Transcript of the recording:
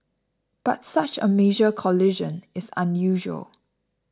but such a major collision is unusual